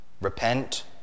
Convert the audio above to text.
Repent